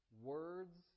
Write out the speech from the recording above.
words